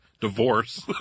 divorce